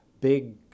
big